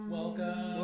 Welcome